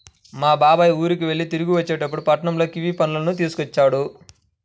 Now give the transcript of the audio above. మా బాబాయ్ ఊరికెళ్ళి తిరిగొచ్చేటప్పుడు పట్నంలో కివీ పళ్ళను తీసుకొచ్చాడు